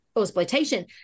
exploitation